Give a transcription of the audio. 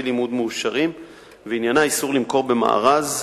לימוד מאושרים ועניינה איסור למכור מארז,